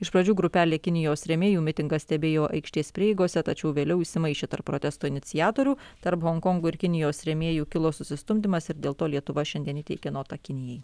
iš pradžių grupelė kinijos rėmėjų mitingą stebėjo aikštės prieigose tačiau vėliau įsimaišė tarp protesto iniciatorių tarp honkongo ir kinijos rėmėjų kilo susistumdymas ir dėl to lietuva šiandien įteikė notą kinijai